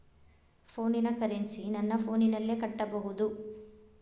ಫೋನಿನ ಕರೆನ್ಸಿ ನನ್ನ ಫೋನಿನಲ್ಲೇ ಕಟ್ಟಬಹುದು?